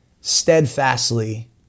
steadfastly